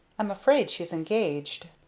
i'm afraid she's engaged.